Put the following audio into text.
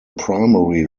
primary